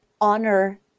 honor